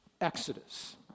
Exodus